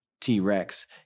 T-Rex